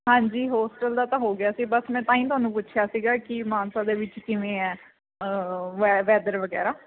ਹਾਂਜੀ ਹੋਸਟਲ ਦਾ ਤਾਂ ਹੋ ਗਿਆ ਸੀ ਬਸ ਮੈਂ ਤਾਂ ਹੀ ਤੁਹਾਨੂੰ ਪੁੱਛਿਆ ਸੀਗਾ ਕਿ ਮਾਨਸਾ ਦੇ ਵਿੱਚ ਕਿਵੇਂ ਹੈ ਵੈ ਵੈਦਰ ਵਗੈਰਾ